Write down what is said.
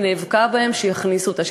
היא נאבקה בהם שיכניסו אותה,